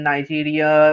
Nigeria